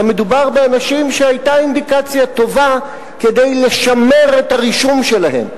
מדובר באנשים שהיתה אינדיקציה טובה כדי לשמר את הרישום שלהם.